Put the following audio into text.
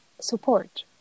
support